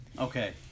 Okay